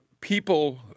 people